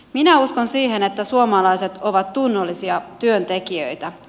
minä uskon siihen että suomalaiset ovat tunnollisia työntekijöitä